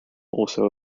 also